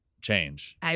change